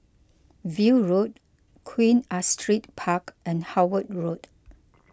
View Road Queen Astrid Park and Howard Road